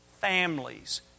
families